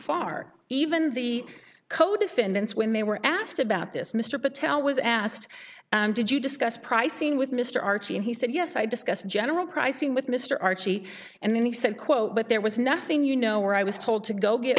far even the co defendants when they were asked about this mr patel was asked did you discuss pricing with mr archie and he said yes i discussed general pricing with mr archie and then he said quote but there was nothing you know where i was told to go get